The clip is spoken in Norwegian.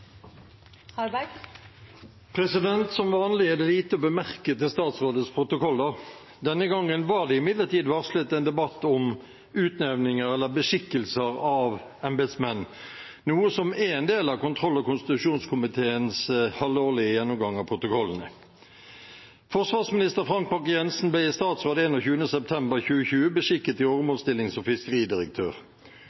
det lite å bemerke til statsrådets protokoller. Denne gangen var det imidlertid varslet en debatt om utnevninger eller beskikkelser av embetsmenn, noe som er en del av kontroll- og konstitusjonskomiteens halvårlige gjennomgang av protokollene. Forsvarsminister Frank Bakke-Jensen ble i statsråd 21. september 2020 beskikket i